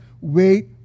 wait